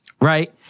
right